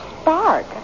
spark